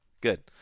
good